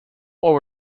over